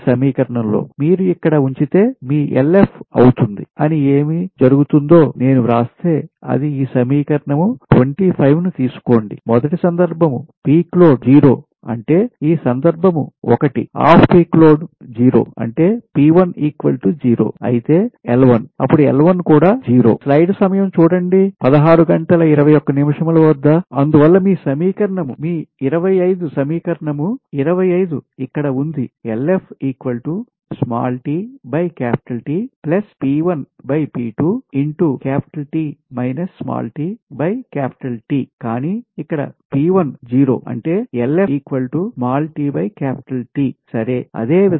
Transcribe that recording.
ఈ సమీకరణంలో మీరు ఇక్కడ ఉంచితే మీ LF అవుతుంది అని ఏమి జరుగుతుందో నేను వ్రాస్తే అది ఈ సమీకరణం 25 ని తీసుకోండి మొదటి సందర్భం పీక్ లోడ్ 0 అంటే ఈ సందర్భం ఒకటి ఆఫ్ పీక్ లోడ్ 0 అంటే అయితే L1 అప్పుడు L 1 కూడా 0 అందువల్ల మీ సమీకరణం మీ 25 సమీకరణం 25 ఇక్కడ ఉంది కానీ ఇక్కడ P10 అంటేసరే